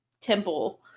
temple